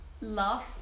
love